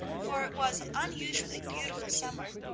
for it was an unusually beautiful summer,